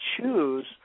choose